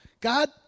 God